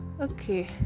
okay